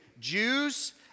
Jews